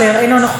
אינו נוכח,